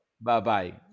Bye-bye